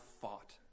fought